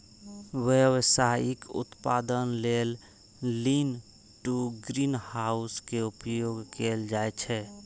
व्यावसायिक उत्पादन लेल लीन टु ग्रीनहाउस के उपयोग कैल जाइ छै